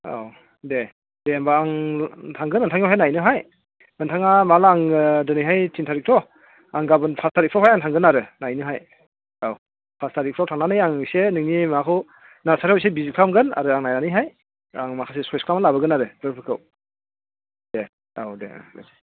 औ दे दे होनबा आं थांगोन नोंथांनियावहाय नायनोहाय नोंथाङा माब्ला आं दिनैहाय तिन थारिकथ' आं गाबोन सात थारिखसोआवहाय आं थांगोन आरो नायनो हाय औ औ फास थारिखफ्राव थांनानै आं इसे नोंनि माबाखौ नार्सारियाव इसे भिजित खालामगोन आरो आं नायनानैहाय आं माखासे चयस खालामना लाबोगोन आरो बिबारफोरखौ दे औ दे औ